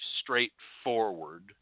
straightforward